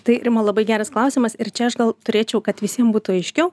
tai rima labai geras klausimas ir čia aš gal turėčiau kad visiem būtų aiškiau